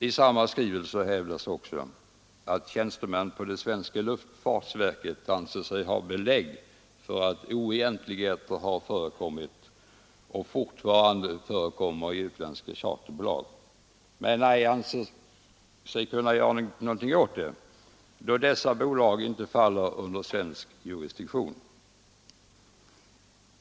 I samma skrivelse hävdas också att tjänstemän på det svenska luftfartsverket anser sig ha belägg för att oegentligheter har förekommit och fortfarande förekommer i utländska charterbolag men att man icke kan göra någonting åt det, då dessa bolag inte faller under svensk jurisdiktion.